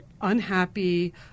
unhappy